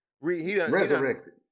Resurrected